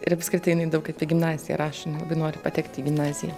ir apskritai jinai kaip į gimnaziją rašo jinai nori patekti į gimnaziją